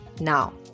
Now